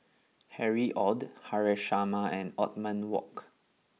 Harry Ord Haresh Sharma and Othman Wok